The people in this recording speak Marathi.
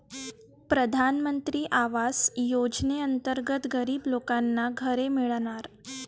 प्रधानमंत्री आवास योजनेअंतर्गत गरीब लोकांना घरे मिळणार